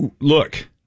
look